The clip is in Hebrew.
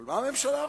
מה הממשלה רוצה?